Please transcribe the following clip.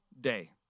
day